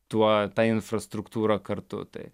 tuo ta infrastruktūrą kartu tai